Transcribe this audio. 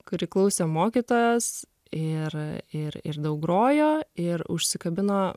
kuri klausė mokytojos ir ir ir daug grojo ir užsikabino